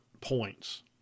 points